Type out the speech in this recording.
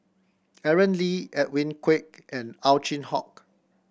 Aaron Lee Edwin Koek and Ow Chin Hock